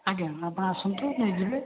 ଆଜ୍ଞା ଆପଣ ଆସନ୍ତୁ ନେଇଯିବେ